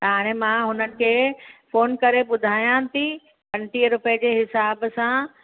त हाणे मां हुन खे फ़ोन करे ॿुधायान थी पंजटीह रुपए जे हिसाब सां